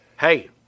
Hey